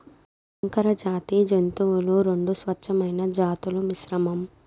సంకరజాతి జంతువులు రెండు స్వచ్ఛమైన జాతుల మిశ్రమం